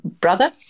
brother